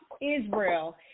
Israel